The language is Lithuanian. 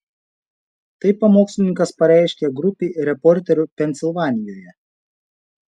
tai pamokslininkas pareiškė grupei reporterių pensilvanijoje